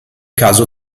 caso